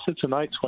tonight